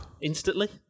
Instantly